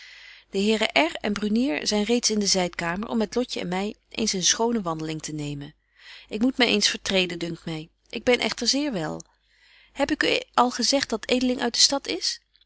de heeren r en brunier zyn reeds in de zydkamer om met lotje en my eens eene schone wandeling te nemen ik moet my eens vertreden dunkt my ik ben echter zeer wel heb ik u al gezegt dat edeling uit de stad is